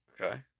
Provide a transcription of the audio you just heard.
Okay